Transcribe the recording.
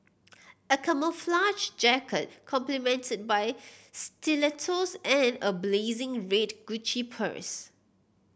a camouflage jacket complemented by stilettos and a blazing red Gucci purse